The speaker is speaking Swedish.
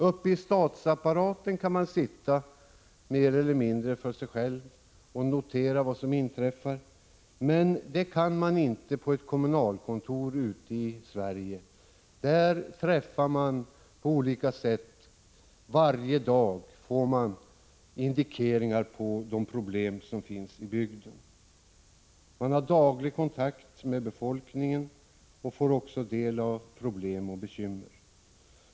Uppe i statsapparaten kan man sitta mer eller mindre för sig själv och notera vad som inträffar, men det kan man inte göra på ett kommunalkontor ute i Sverige. Där får man varje dag indikationer på de problem som finns i bygden. Man har daglig kontakt med befolkningen och får också del av problem och bekymmer.